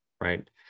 right